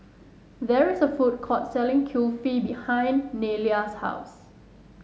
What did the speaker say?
there is a food court selling Kulfi behind Nelia's house